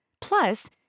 Plus